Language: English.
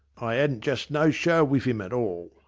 i adn't just no show wiv im at all.